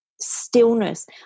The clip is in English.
stillness